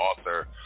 author